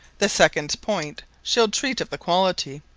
the second point shall treate of the quality,